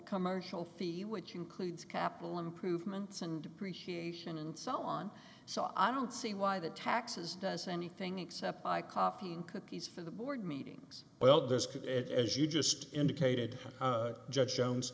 commercial fee which includes capital improvements and depreciation and so on so i don't see why the taxes does anything except buy coffee and cookies for the board meetings well this could as you just indicated judge jones